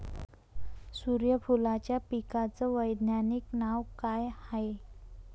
सुर्यफूलाच्या पिकाचं वैज्ञानिक नाव काय हाये?